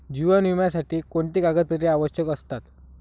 जीवन विम्यासाठी कोणती कागदपत्रे आवश्यक असतात?